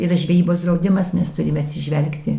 yra žvejybos draudimas nes turime atsižvelgti